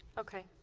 okay